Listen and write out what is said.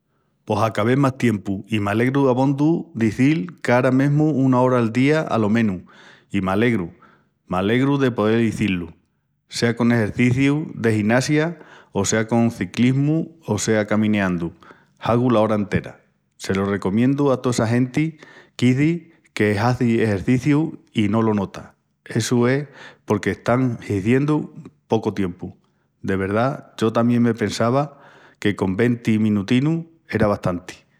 Pos a ca ves más tiempu i m'alegru abondu d'izil qu'ara mesmu una ora al día alo menus i m'alegru, m'alegru de poel izí-lu. Sea con exercicius de ginasia o sea con ciclismu o sea camineandu, hagu la ora entera. Se lo recomiendu a toa essa genti qu'izi que hazi exerciciu i no lo nota. Essu es porque están hiziendu pocu tiempu. De verdá, yo tamién me pensava que con venti menutinus era bastanti.